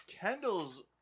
Kendall's